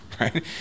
right